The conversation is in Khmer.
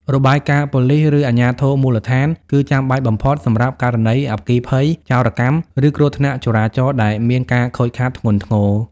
របាយការណ៍ប៉ូលីស ឬអាជ្ញាធរមូលដ្ឋាន គឺចាំបាច់បំផុតសម្រាប់ករណីអគ្គិភ័យ ចោរកម្ម ឬគ្រោះថ្នាក់ចរាចរណ៍ដែលមានការខូចខាតធ្ងន់ធ្ងរ។